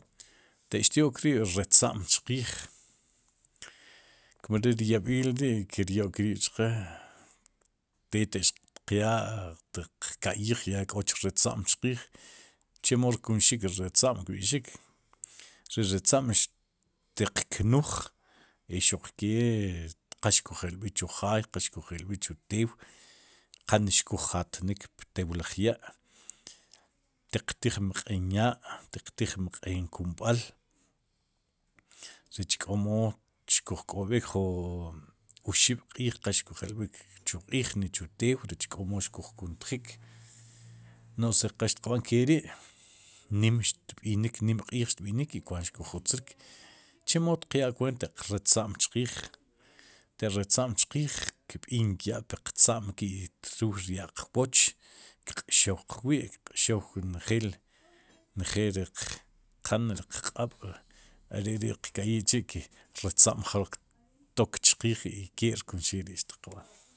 Taq tyo'k riib'ri ratza'm chqiij, kum re ri yab'iil ri'kiryo'k riib'chqe te taq xtqyaa tiq ka'yij k'ch ratza'm chqiij chemo rkunxik ri ratza'm kb'ixik ri ratza'm xtiq knuj i xuqkke qal xkujeb'ik chu jaay ja xkujeb'ik chu tew qal ne xkujatnik ptew laj ya' tiq tiij mq'en kumb'al reck k'o mo xkujk'b'ik ju oxib'q'iij qa xkujelb'ik chu q'iij ni chu teew reck k'o mo xkujkuntij no'j si qal xtiq b'an keri' nim xtb'inik, nim q'iij xtb'inik i kuaant xkuj uzrik, chemo xtiq yaa kwwet ataq recha'm chqiij, taq recha'm chqiij kb'iin ya'piqtza'am ki'truw rya'l qwooch kq'xow qwi' i kq'xow njeel, njel riq qan riq q'aab' are'ri qka'yij chi' ke ratza'm jroq tok chqiij i ke rkunxik ri'xtiq b'an.